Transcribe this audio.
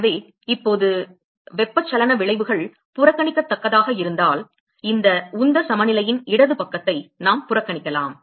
எனவே இப்போது எனவே வெப்பச்சலன விளைவுகள் புறக்கணிக்க தக்கதாக இருந்தால் இந்த உந்த சமநிலையின் இடது பக்கத்தை நாம் புறக்கணிக்கலாம்